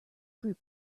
group